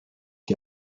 die